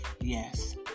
Yes